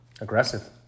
Aggressive